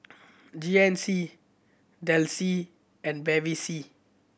G N C Delsey and Bevy C